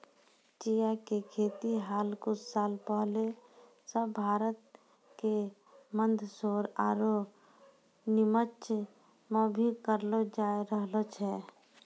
चिया के खेती हाल कुछ साल पहले सॅ भारत के मंदसौर आरो निमच मॅ भी करलो जाय रहलो छै